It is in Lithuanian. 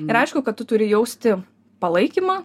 ir aišku kad tu turi jausti palaikymą